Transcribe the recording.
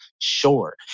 sure